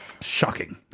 Shocking